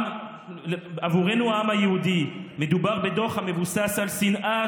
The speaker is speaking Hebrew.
עבורנו העם היהודי מדובר בדוח המבוסס על שנאה,